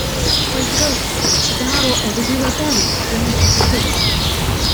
pažvelk šit atsidaro o viduj lapelis iš plonyčio papiruso